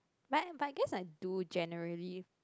but but I guess like do generally